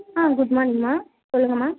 ஆ good மார்னிங்மா சொல்லுங்கம்மா